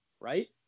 right